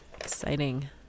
exciting